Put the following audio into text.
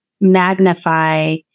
magnify